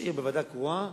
ראש עיר בוועדה קרואה,